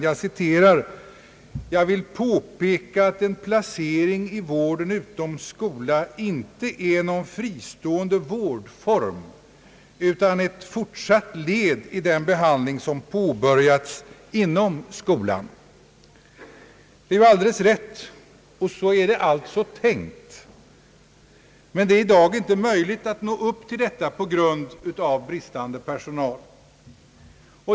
Jag citerar vad statsrådet anförde: »Jag vill påpeka att en placering i vården utom skola inte är någon fristående vårdform utan ett forsatt led i den behandling som påbörjats inom skolan.» Det är alldeles riktigt. Så är det alltså tänkt, men det är i dag inte möjligt att nå denna målsättning på grund av bristen på personal.